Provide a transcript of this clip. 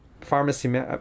pharmacy